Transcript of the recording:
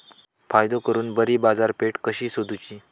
फायदो करून बरी बाजारपेठ कशी सोदुची?